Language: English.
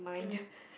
mm